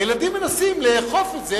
הילדים מנסים לעקוף את זה,